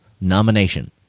nomination